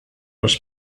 was